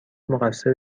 مقصر